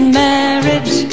marriage